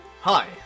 Hi